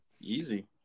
easy